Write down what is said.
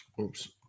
oops